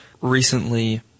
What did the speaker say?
Recently